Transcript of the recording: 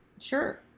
Sure